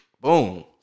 Boom